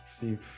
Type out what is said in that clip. see